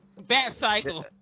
Batcycle